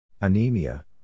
Anemia